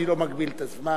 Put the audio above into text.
אני לא מגביל את הזמן.